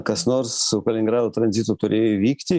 kas nors su kaliningrado tranzitu turėjo įvykti